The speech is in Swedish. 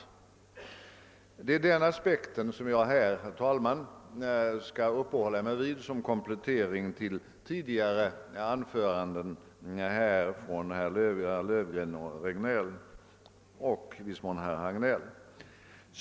Det är den aspekten, herr talman, som jag skall uppehålla mig vid som komplettering till tidigare anföranden av herrar Löfgren och Regnéll och i viss mån av herr Hagnell.